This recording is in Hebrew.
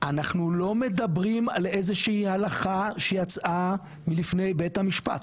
אנחנו לא מדברים על איזה שהיא הלכה שיצאה מלפני בית המשפט,